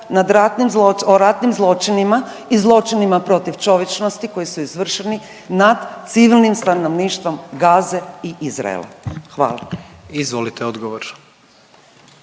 o ratnim zločinima i zločinima protiv čovječnosti koji su izvršeni nad civilnim stanovništvom Gaze i Izraela. Hvala. **Jandroković,